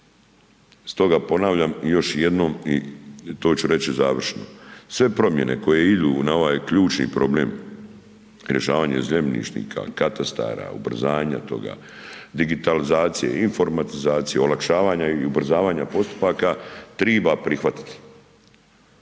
Stoga ponavljam i još jednom i to ću reći završno. Sve promjene koje idu na ovaj ključni problem rješavanje zemljišnika, katastara, ubrzanja toga, digitalizacije, informatizacije, olakšavanja i ubrzavanja postupaka triba prihvatiti